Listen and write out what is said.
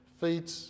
feet